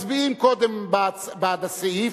מצביעים קודם בעד הסעיף,